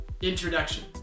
Introduction